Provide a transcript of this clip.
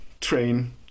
train